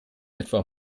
etwa